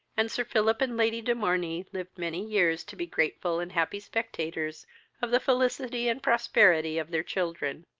and sir philip and lady de morney lived many years to be grateful and happy spectators of the felicity and prosperity of their children.